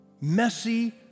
Messy